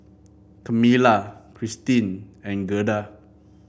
Kamilah Cristine and Gerda